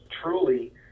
truly